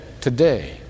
Today